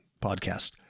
podcast